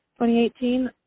2018